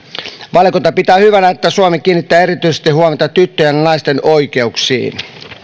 valiokunta pitää hyvänä että suomi kiinnittää erityistä huomiota tyttöjen ja naisten oikeuksiin